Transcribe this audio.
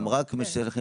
הם רק משכללים את השיטות.